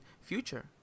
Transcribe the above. future